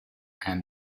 and